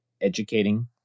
educating